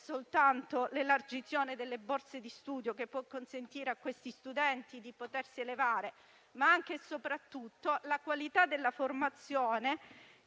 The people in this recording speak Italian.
soltanto l'elargizione delle borse di studio che può consentire a questi studenti di potersi elevare, ma anche e soprattutto la qualità della formazione